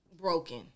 broken